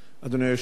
אדוני היושב-ראש,